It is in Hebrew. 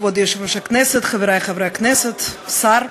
כבוד יושב-ראש הישיבה, חברי חברי הכנסת, השר,